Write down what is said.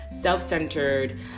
self-centered